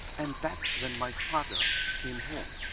and that's when my father came home.